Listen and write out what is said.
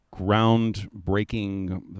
groundbreaking